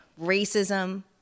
racism